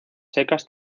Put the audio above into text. secas